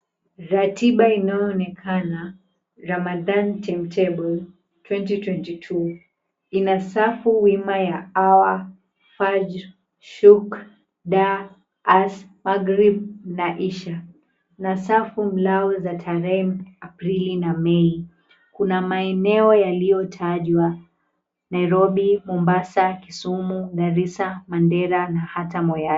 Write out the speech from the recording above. Ratiba inayoonekana Ramadan timetable 2022 , ina safu wima ya Awar, Furj, Shurk, Dar, Ars, Marghrib, na Irsha . Na safu mlao za tarehe Aprili, na Mei. Kuna maeneo yaliyotajwa: Nairobi, Mombasa, Kisumu, Garisa, Mandera na hata Moyale.